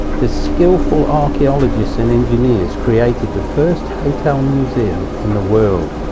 the skillful archeologists and engineers created the first hotel museum in the world.